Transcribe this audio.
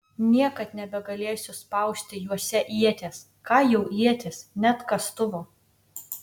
niekad nebegalėsiu spausti juose ieties ką jau ieties net kastuvo